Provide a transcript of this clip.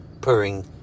purring